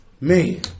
Man